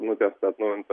nutiesta atnaujinta